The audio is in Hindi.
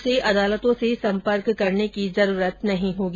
उसे अदालतों से संपर्क करने की जरूरत नहीं होगी